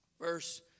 Verse